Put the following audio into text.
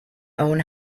own